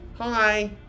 Hi